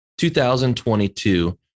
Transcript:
2022